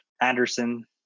Anderson